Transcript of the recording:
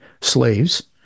slaves